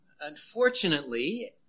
unfortunately